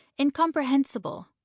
incomprehensible